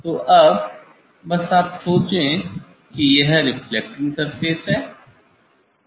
तो अब बस आप सोचे कि यह एक रेफ्लेक्टिंग सरफेस है